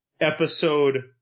Episode –